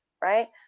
Right